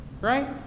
Right